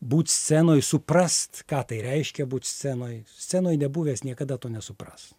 būt scenoj suprast ką tai reiškia būt scenoj scenoj nebuvęs niekada to nesupras